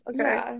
okay